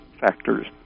factors